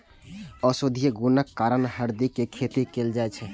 औषधीय गुणक कारण हरदि के खेती कैल जाइ छै